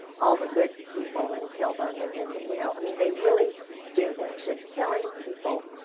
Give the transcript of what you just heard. all the good people and kill them. and then you know i mean they really do this they're killing people.